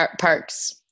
Parks